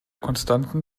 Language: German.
konstanten